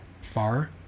Far